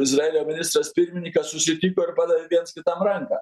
izraelio ministras pirmininkas susitiko ir padavė viens kitam ranką